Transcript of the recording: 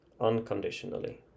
Unconditionally